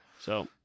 So-